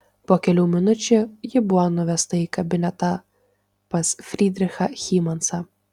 po kelių minučių ji buvo nuvesta į kabinetą pas frydrichą hymansą